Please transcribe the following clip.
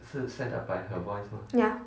ya